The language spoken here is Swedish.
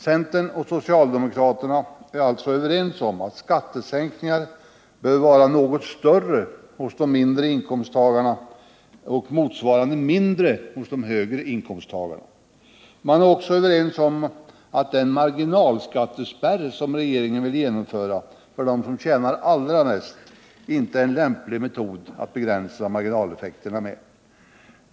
Centerpartister och socialdemokrater är således överens om att skattesänkningen bör vara något större för de mindre inkomsttagarna och motsvarande mindre för de högre inkomsttagarna. Man är också överens om att den marginalskattespärr som regeringen vill genomföra för dem som tjänar allra mest inte är en lämplig metod att begränsa marginaleffekterna med.